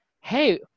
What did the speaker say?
Hey